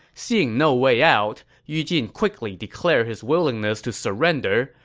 seeing no way out, yu jin quickly declared his willingness to surrender.